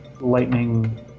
lightning